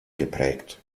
geprägt